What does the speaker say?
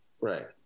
Right